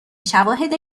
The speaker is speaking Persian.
شواهد